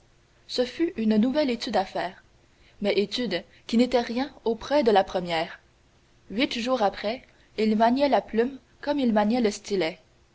ce fut une nouvelle étude à faire mais étude qui n'était rien auprès de la première huit jours après il maniait la plume comme il maniait le stylet